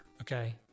okay